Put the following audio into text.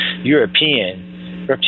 European